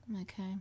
okay